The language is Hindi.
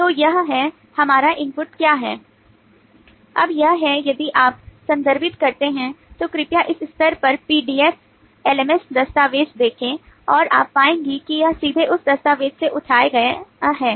तो यह है हमारा इनपुट दस्तावेज़ देखें और आप पाएंगे कि यह सीधे उस दस्तावेज़ से उठाया गया है